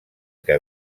que